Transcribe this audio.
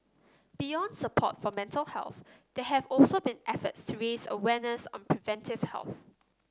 beyond support for mental health there have also been efforts to raise awareness on preventive health